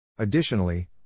Additionally